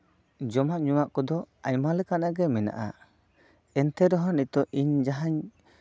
ᱡᱚᱢᱟᱜ ᱧᱩᱣᱟᱜ ᱠᱚᱫᱚ ᱟᱭᱢᱟ ᱞᱮᱠᱟᱱᱟᱜ ᱜᱮ ᱢᱮᱱᱟᱜᱼᱟ ᱮᱱᱛᱮ ᱨᱮᱦᱚᱸ ᱱᱤᱛᱚᱜ ᱤᱧ ᱡᱟᱦᱟᱸᱧ